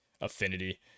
affinity